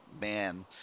Man